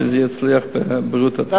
כדי שיצליח שם עניין בריאות התלמיד.